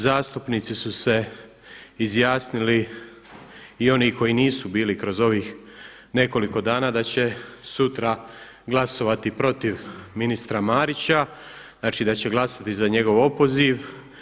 Zastupnici su se izjasnili i oni koji nisu bili kroz ovih nekoliko dana da će sutra glasovati protiv ministra Marića, znači da će glasovati za njegov opoziv.